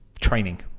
training